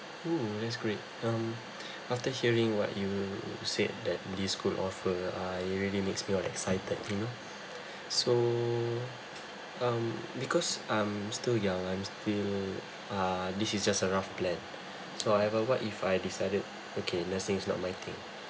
!woo! that's great um after hearing what you said that this school offer uh it already makes me all that excited you know so um because I'm still young I'm still uh this is just a rough plan so however what if I decided okay let's say it's not my thing